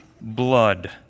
blood